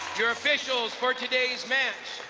your fishes for today's match,